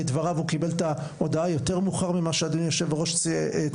לדבריו הוא קיבל את ההודעה יותר מאוחר ממה שאדוני יושב הראש ציין.